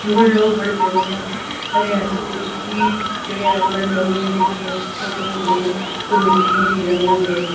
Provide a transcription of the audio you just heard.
बड़े लोक बड़े फेमस न रियासी बिच बी जेह्ड़े हैन बड़े लोक इ'यां दिक्खे ओह् बनांदे न कोई मिट्टी दियां चीजां बनांदे न